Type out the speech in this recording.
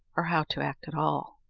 or how to act at all.